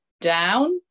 down